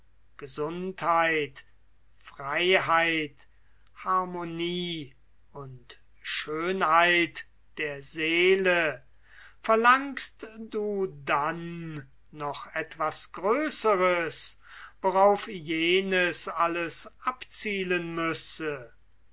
gesundheit freiheit harmonie und schönheit der seele verlangst du dann noch etwas größeres worauf jenes alles abzielen müsse